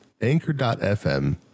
anchor.fm